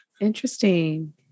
Interesting